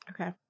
Okay